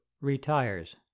retires